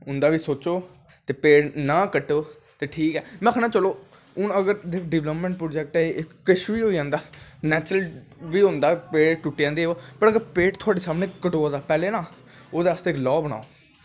उंदा बा सोचो ते पेड़ नां कट्टोते ठीक ऐ में आखनां चलो हून अगर डिपलैपमैंट प्रोजैक्ट न कुछ बी होई जंदा नैचुर्ल बी होंदा पेड़ टुट्टी जंदे ओह् पेड़ थोआढ़े सामनै कटोआ दा पैह्लें नां ओह्दे आस्तै इक साह् बनाओ